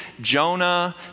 Jonah